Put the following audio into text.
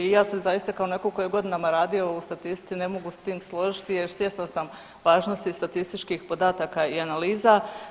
I ja se kao netko tko je godinama radio u statistici ne mogu s tim složiti, jer svjesna sam važnosti statističkih podataka i analiza.